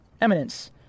Eminence